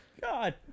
God